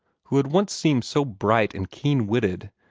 who had once seemed so bright and keen-witted,